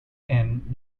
end